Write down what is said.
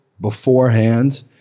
beforehand